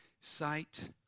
sight